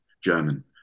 German